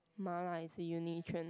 ma-la is a uni trend